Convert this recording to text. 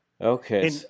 Okay